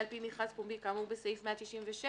על פי מכרז פומבי כאמור בסעיף 197,